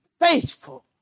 faithful